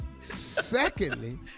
Secondly